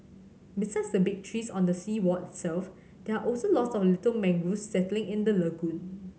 besides the big trees on the seawall itself there are also lots of little mangrove settling in the lagoon